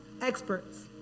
experts